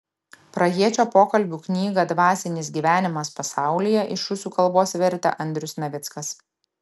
prahiečio pokalbių knygą dvasinis gyvenimas pasaulyje iš rusų kalbos vertė andrius navickas